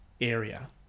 area